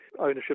ownership